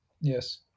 Yes